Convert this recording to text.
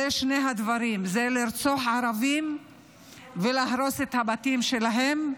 היא שני דברים, לרצוח ערבים ולהרוס את הבתים שלהם.